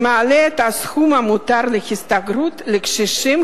שמעלה את הסכום המותר להשתכרות לקשישים